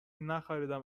نخریدم